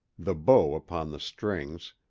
the bow upon the strings,